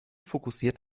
fokussiert